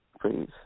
please